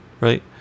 right